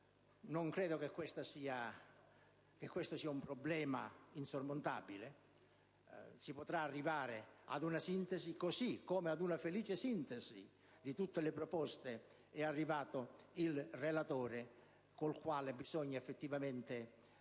Non credo che questo sia un problema insormontabile. Si potrà arrivare ad una sintesi, così come ad una felice sintesi di tutte le proposte è arrivato il relatore, con il quale bisogna effettivamente